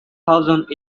thousand